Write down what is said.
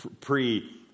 pre